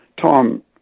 Tom